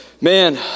man